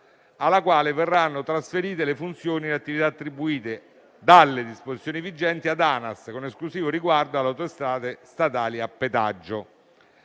alla quale verranno trasferite le funzioni e le attività attribuite dalle disposizioni vigenti ad ANAS, con esclusivo riguardo alle autostrade statali a pedaggio.